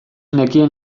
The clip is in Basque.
nekien